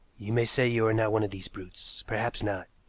you may say you are not one of these brutes perhaps not.